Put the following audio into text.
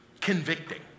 convicting